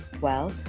well,